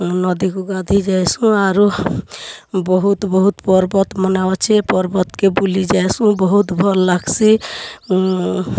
ନଦୀକୁ ଗାଧେଇ ଯାଏସୁଁ ଆରୁ ବହୁତ୍ ବହୁତ୍ ପର୍ବତ୍ ମାନେ ଅଛେ ପର୍ବତ୍ କେ ବୁଲି ଯାଏସୁଁ ବହୁତ୍ ଭଲ୍ ଲାଗ୍ସି